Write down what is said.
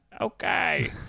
Okay